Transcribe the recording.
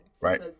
right